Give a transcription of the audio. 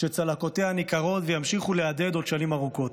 שצלקותיה ניכרות וימשיכו להדהד עוד שנים ארוכות.